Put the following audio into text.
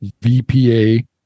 VPA